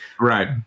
right